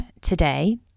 today